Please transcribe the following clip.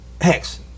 Hex